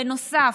בנוסף,